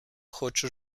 хочу